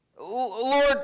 Lord